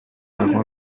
parents